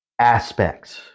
aspects